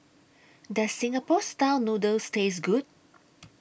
Does Singapore Style Noodles Taste Good